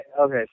Okay